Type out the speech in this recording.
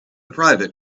private